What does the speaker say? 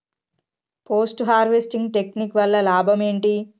Post harvesting technique వల్ల లాభం ఏంటి?